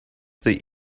the